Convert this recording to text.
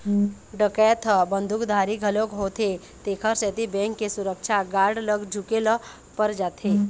डकैत ह बंदूकधारी घलोक होथे तेखर सेती बेंक के सुरक्छा गार्ड ल झूके ल पर जाथे